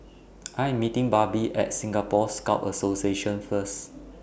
I Am meeting Barbie At Singapore Scout Association First